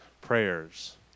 prayers